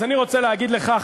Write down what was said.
אז אני רוצה להגיד לך,